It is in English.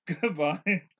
Goodbye